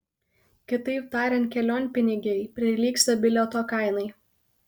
kitaip tariant kelionpinigiai prilygsta bilieto kainai